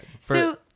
So-